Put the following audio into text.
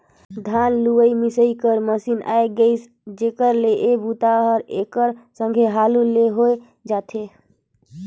धान लूए मिसे कर मसीन आए गेइसे जेखर ले ए बूता हर एकर संघे हालू ले होए जाथे